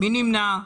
מי נמנע?